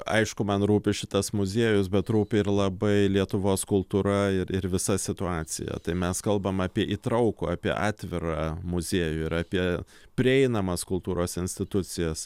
aišku man rūpi šitas muziejus bet rūpi ir labai lietuvos kultūra ir ir visa situacija tai mes kalbame apie įtraukų apie atvirą muziejų ir apie prieinamas kultūros institucijas